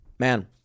man